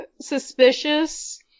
suspicious